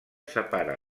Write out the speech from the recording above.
separa